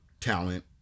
talent